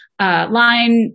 line